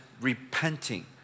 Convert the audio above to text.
repenting